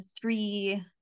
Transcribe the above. three